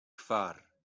kvar